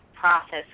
process